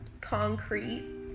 concrete